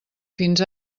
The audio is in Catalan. fins